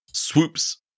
Swoops